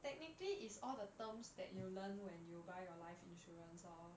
technically it's all the terms that you will learn when you buy your life insurance orh